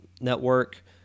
Network